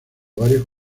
varios